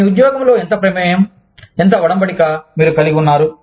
మీ ఉద్యోగంలో ఎంత ప్రమేయం ఎంత ఒడంబడిక మీరు కలిగి ఉన్నారు